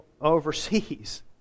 overseas